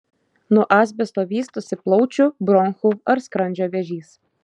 nuo asbesto vystosi plaučių bronchų ar skrandžio vėžys